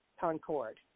Concord